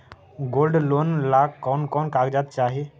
Gold loan ला कौन कौन कागजात चाही?